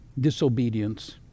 disobedience